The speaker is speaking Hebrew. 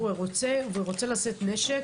חלקם דרך הנציבות וחלקם בתהליכים פנים ארגוניים,